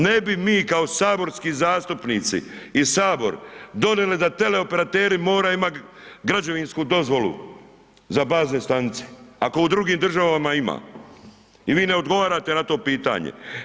Ne bi mi kao saborski zastupnici i Sabor donijeli da teleoperateri moraju imati građevinsku dozvolu za bazne stanice, ako u drugim država ima i vi ne odgovarate na to pitanje.